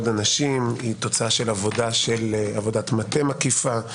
אנשים; היא תוצאה של עבודת מטה מקיפה,